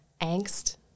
angst